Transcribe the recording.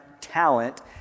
talent